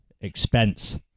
expense